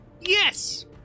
Yes